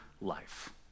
life